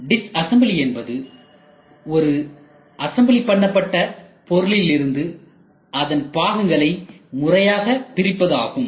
disassembly என்பது ஒரு அசெம்பிள்பன்னப்பட்ட பொருளிலிருந்து அதன் பாகங்களை முறையாக பிரிப்பது ஆகும்